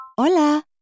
Hola